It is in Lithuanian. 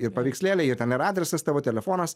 ir paveikslėliai ir ten ir adresas tavo telefonas